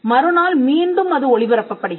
மறுநாள் மீண்டும் அது ஒளிபரப்பப்படுகிறது